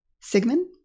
Sigmund